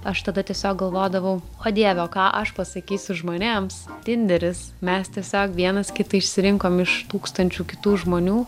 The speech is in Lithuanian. aš tada tiesiog galvodavau o dieve o ką aš pasakysiu žmonėms tinderis mes tiesiog vienas kitą išsirinkom iš tūkstančių kitų žmonių